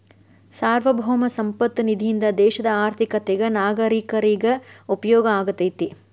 ಸಾರ್ವಭೌಮ ಸಂಪತ್ತ ನಿಧಿಯಿಂದ ದೇಶದ ಆರ್ಥಿಕತೆಗ ನಾಗರೇಕರಿಗ ಉಪಯೋಗ ಆಗತೈತಿ